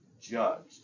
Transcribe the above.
judged